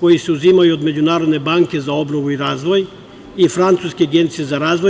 koji se uzimaju od Međunarodne banke za obnovu i razvoj i Francuske agencije za razvoj.